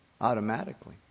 automatically